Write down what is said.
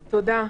תודה,